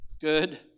good